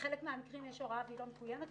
בחלק מהמקרים יש הוראה והיא לא מקוימת.